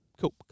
cool